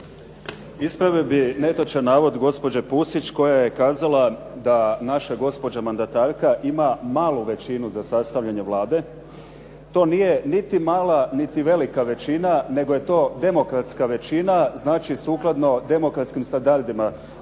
Ispravio bih netočan navod gospođe Pusić koja je kazala da naša gospođa mandatarka ima malu većinu za sastavljanje Vlade. To nije niti mala niti velika većina nego je to demokratska većina, znači sukladno demokratskim standardima